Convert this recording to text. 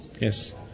Yes